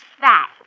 fat